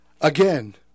Again